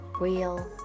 real